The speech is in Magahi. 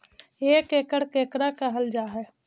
एक एकड़ केकरा कहल जा हइ?